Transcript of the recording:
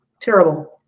Terrible